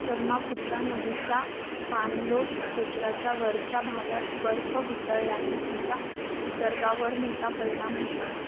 ब्रह्मपुत्रा नदीच्या पाणलोट क्षेत्राच्या वरच्या भागात बर्फ वितळल्याने तिच्या विसर्गावर मोठा परिणाम होतो